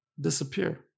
disappear